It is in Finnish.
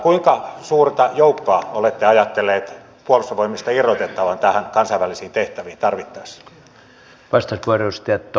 kuinka suurta joukkoa olette ajatelleet puolustusvoimista irrotettavan näihin kansainvälisiin tehtäviin tarvittaessa